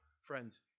friends